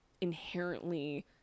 inherently